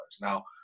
Now